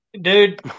Dude